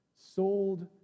sold